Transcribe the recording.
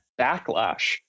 backlash